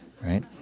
right